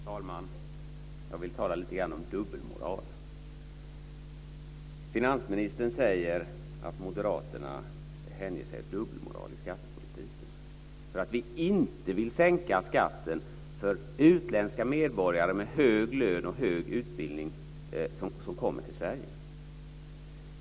Fru talman! Jag vill tala lite grann om dubbelmoral. Finansministern säger att Moderaterna hänger sig åt dubbelmoral i skattepolitiken eftersom vi inte vill sänka skatten för utländska medborgare med hög lön och hög utbildning som kommer till Sverige.